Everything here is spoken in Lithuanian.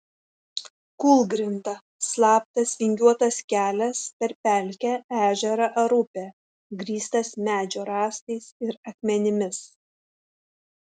kūlgrinda slaptas vingiuotas kelias per pelkę ežerą ar upę grįstas medžio rąstais ir akmenimis